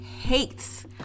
hates